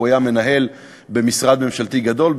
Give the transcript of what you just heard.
הוא היה מנהל במשרד ממשלתי גדול,